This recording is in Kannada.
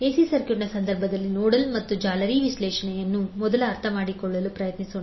ಎಸಿ ಸರ್ಕ್ಯೂಟ್ನ ಸಂದರ್ಭದಲ್ಲಿ ನೋಡಲ್ ಮತ್ತು ಜಾಲರಿ ವಿಶ್ಲೇಷಣೆಯನ್ನು ಮೊದಲು ಅರ್ಥಮಾಡಿಕೊಳ್ಳಲು ಪ್ರಯತ್ನಿಸೋಣ